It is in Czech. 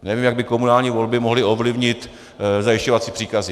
Nevím, jak by komunální volby mohly ovlivnit zajišťovací příkazy.